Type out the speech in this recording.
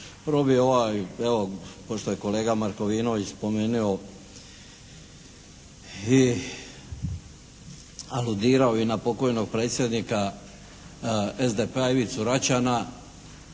bi ovaj evo, pošto je kolega Markovinović spomenio i aludirao i na pokojnog predsjednika SDP-a Ivicu Račana